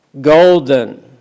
golden